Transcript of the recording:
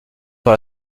par